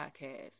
Podcast